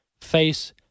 face